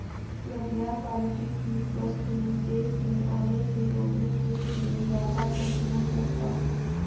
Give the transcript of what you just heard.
घटिया क्वालिटी की वस्तुएं देश में आने से रोकने के लिए व्यापार प्रतिबंध लगता है